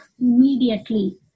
immediately